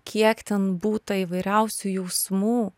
kiek ten būta įvairiausių jausmų